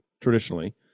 traditionally